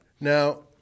Now